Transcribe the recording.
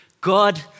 God